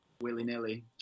willy-nilly